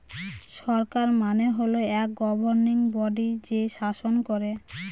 সরকার মানে হল এক গভর্নিং বডি যে শাসন করেন